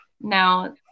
now